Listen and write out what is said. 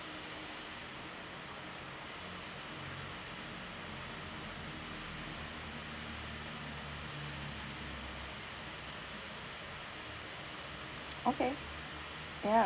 okay ya